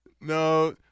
No